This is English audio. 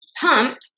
pump